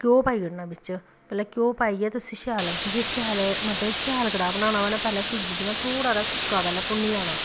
घ्यो पाई ओड़ना बिच भला घ्यो पाइयै ते उसी शैल जे मतलब शैल कड़ाह् बनाना होऐ ना पैह्लें सूजी जि'यां थोह्ड़ा हारा सुक्का भुन्नी लैना